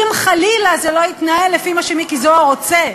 אם חלילה זה לא יתנהל לפי מה שמיקי זוהר רוצה.